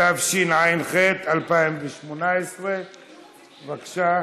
התשע"ח 2018. בבקשה.